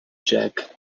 jack